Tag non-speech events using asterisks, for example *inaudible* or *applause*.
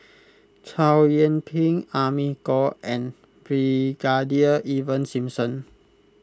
*noise* Chow Yian Ping Amy Khor and Brigadier Ivan Simson